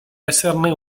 esserne